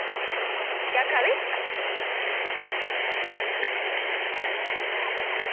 केह् आखा दे